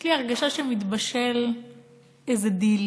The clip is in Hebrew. שמתבשל דיל